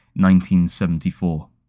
1974